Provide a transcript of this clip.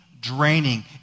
draining